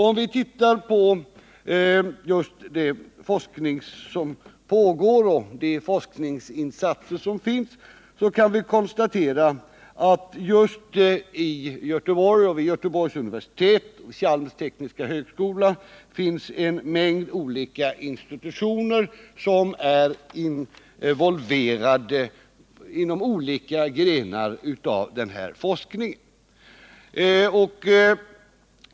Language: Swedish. Om vi tittar på den forskning som pågår och de insatser som görs, kan vi notera att det just i Göteborg — vid Göteborgs universitet och Chalmers tekniska högskola — finns en mängd olika institutioner som är involverade i olika grenar av den här forskningen.